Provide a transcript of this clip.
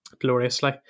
gloriously